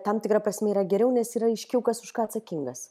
tam tikra prasme yra geriau nes yra aiškiau kas už ką atsakingas